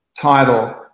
title